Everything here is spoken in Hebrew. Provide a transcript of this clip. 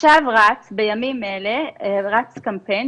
עכשיו בימים אלה רץ קמפיין,